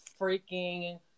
freaking –